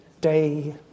day